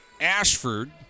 Ashford